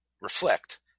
reflect